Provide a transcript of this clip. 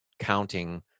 counting